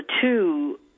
two